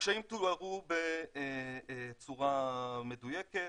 הקשיים תוארו בצורה מדויקת,